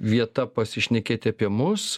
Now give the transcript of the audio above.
vieta pasišnekėti apie mus